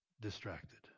Distracted